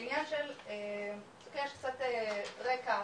לעניין של קצת רקע